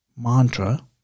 mantra